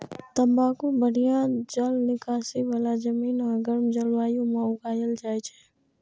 तंबाकू बढ़िया जल निकासी बला जमीन आ गर्म जलवायु मे उगायल जाइ छै